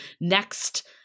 next